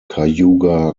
cayuga